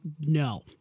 no